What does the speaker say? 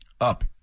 up